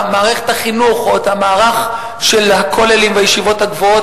את המערך של הכוללים בישיבות הגבוהות,